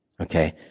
Okay